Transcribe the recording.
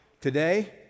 Today